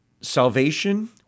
Salvation